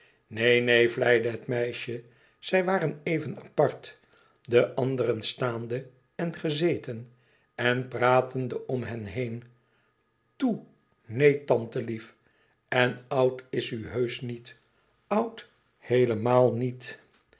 neen neen vleide het meisje zij waren even apart de anderen staande en gezeten en pratende om hen heen toe neen tante lief en oud u is heusch niet oud heelemaal niet